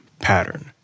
pattern